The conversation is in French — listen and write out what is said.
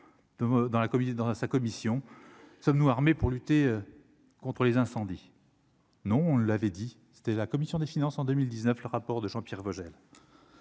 dans sa commission, sommes-nous armé pour lutter contre les incendies, non, on l'avait dit, c'était la commission des finances en 2019, le rapport de Jean-Pierre Vogel.